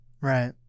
Right